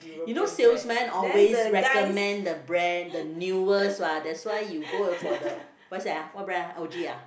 you know salesman always recommend the brand the newest what that's why you go for the what's that ah what brand ah O_G ah